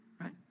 right